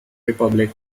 republic